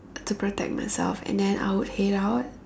to protect myself and then I will head out